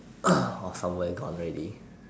uh or somewhere gone already